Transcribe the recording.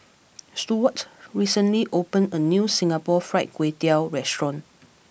Stewart recently opened a new Singapore Fried Kway Tiao restaurant